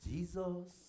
Jesus